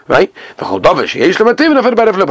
Right